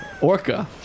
Orca